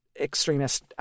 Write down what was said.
extremist